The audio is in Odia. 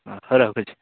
ହଁ ହଉ ରଖୁଛି